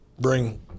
bring